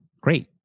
great